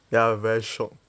ya very shiok